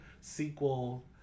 Sequel